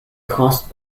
caused